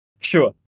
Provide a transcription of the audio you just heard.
Sure